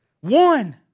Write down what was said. One